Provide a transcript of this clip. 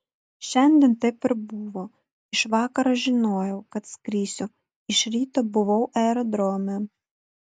šiandien taip ir buvo iš vakaro žinojau kad skrisiu iš ryto buvau aerodrome